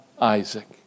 Isaac